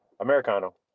americano